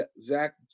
Zach